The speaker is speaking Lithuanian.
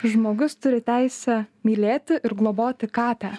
žmogus turi teisę mylėti ir globoti katę